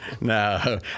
No